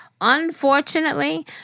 unfortunately—